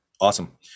Awesome